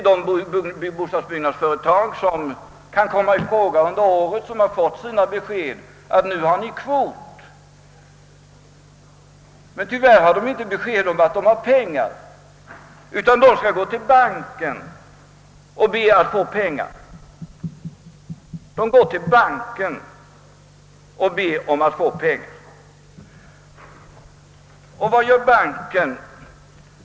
De byggnadsföretag som kan komma i fråga under året är de för vilka man har fått besked om kvot, men tyvärr har man inte samtidigt erhållit besked om pengar finns tillgängliga utan man måste vända sig till bankerna för att få medel. Vad gör då bankerna?